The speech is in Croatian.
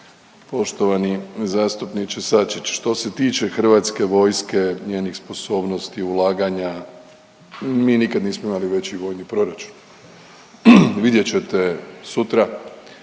Poštovani zastupniče Sačić što se tiče hrvatske vojske, njenih sposobnosti, ulaganja mi nikad nismo imali veći vojni proračun. Vidjet ćete sutra